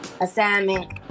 assignment